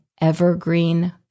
evergreen